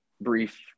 brief